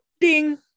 Ding